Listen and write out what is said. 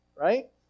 right